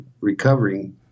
recovering